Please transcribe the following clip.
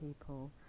people